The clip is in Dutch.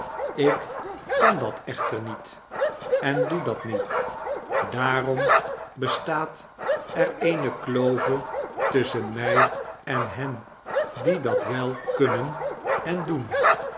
ik kan dat echter niet en doe dat niet daarom bestaat er een klove tusschen mij en hen die dat wel kunnen en doen